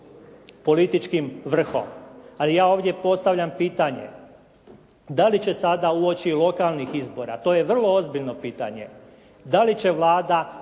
političkim vrhom. Ali ja ovdje postavljam pitanje, da li će sada uoči lokalnih izbora, to je vrlo ozbiljno pitanje, da li će Vlada